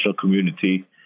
community